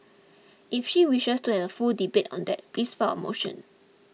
if she wishes to have a full debate on that please file a motion